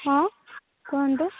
ହଁ କୁହନ୍ତୁ